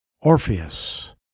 Orpheus